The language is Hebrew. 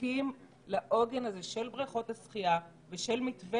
זקוקים לעוגן הזה של בריכות השחייה ושל מתווה